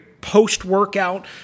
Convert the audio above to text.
post-workout